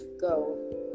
go